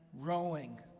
rowing